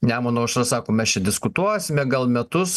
nemuno aušra sako mes čia diskutuosime gal metus